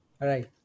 Right